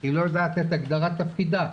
היא לא יודעת את הגדרת תפקידה.